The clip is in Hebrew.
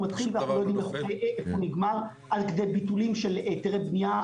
מתחיל אבל לא איפה הוא נגמר על-ידי ביטולים של היתרי בנייה,